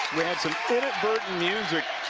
we had some inadvertent music